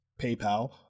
PayPal